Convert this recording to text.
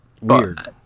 Weird